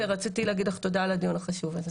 ורציתי להגיד לך תודה על הדיון החשוב הזה.